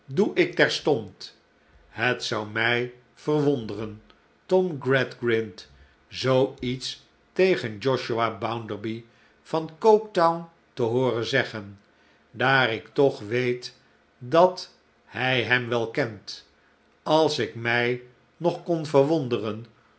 doe ik terstond het zou ml verwonderen tom gradgrind zoo iets tegen josiah bounderby van coketown te hooren zeggen daar ik toch weet dat hij hem wel kent als ik mij nog kon verwonderen